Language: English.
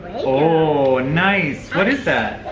oh and nice, what is